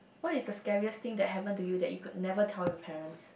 what is the scariest thing that happen to you that you could never tell your parents